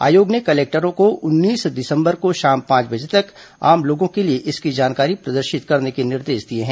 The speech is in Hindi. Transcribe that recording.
आयोग ने कलेक्टरों को उन्नीस दिसम्बर को शाम पांच बजे तक आम लोगों के लिए इसकी जानकारी प्रदर्शित करने के निर्देश दिए हैं